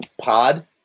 Pod